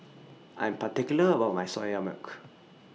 I'm particular about My Soya Milk